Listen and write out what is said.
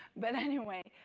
but anyway,